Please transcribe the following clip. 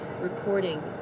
reporting